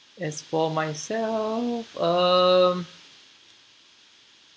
as for myself um